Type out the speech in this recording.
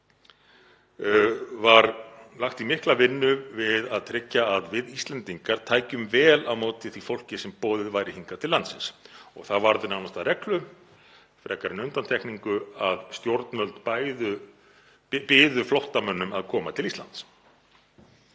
var lagt í mikla vinnu við að tryggja að við Íslendingar tækjum vel á móti því fólki sem boðið væri hingað til landsins. Það varð nánast að reglu frekar en undantekningu að stjórnvöld byðu flóttamönnum að koma til Íslands.